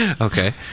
Okay